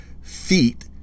feet